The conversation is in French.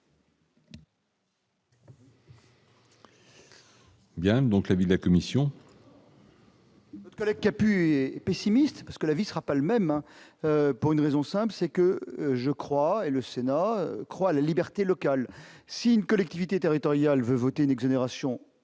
Bien, donc l'avis de la commission.